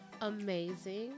amazing